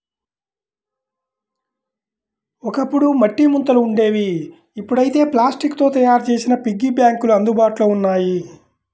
ఒకప్పుడు మట్టి ముంతలు ఉండేవి ఇప్పుడైతే ప్లాస్టిక్ తో తయ్యారు చేసిన పిగ్గీ బ్యాంకులు అందుబాటులో ఉన్నాయి